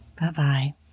Bye-bye